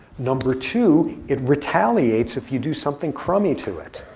number two, it retaliates if you do something crummy to it.